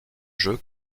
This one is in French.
jeu